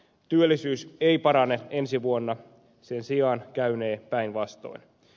työllisyys ei parane ensi vuonna sen sijaan käynee päinvastoin